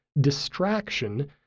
distraction